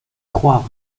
croire